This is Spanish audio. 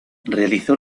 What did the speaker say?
realizó